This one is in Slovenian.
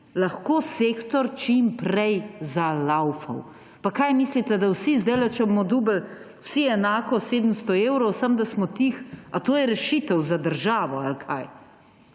lahko sektor čim prej zalaufal. Pa kaj mislite, da vsi zdajle, če bomo dobili vsi enako, 700 evrov, samo da smo tiho, a to je rešitev za državo ali kaj?